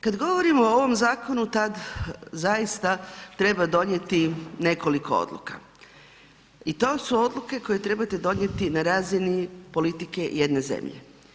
Kad govorimo o ovom zakonu, tad zaista treba donijeti nekoliko odluka i to su odluke koje trebate na razini politike jedne zemlje.